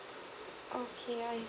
okay I